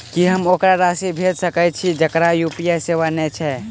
की हम ओकरा राशि भेजि सकै छी जकरा यु.पी.आई सेवा नै छै?